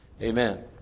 amen